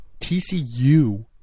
TCU